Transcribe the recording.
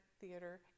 Theater